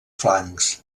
flancs